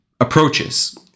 approaches